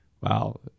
Wow